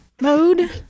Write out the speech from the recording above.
mode